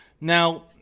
Now